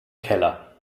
keller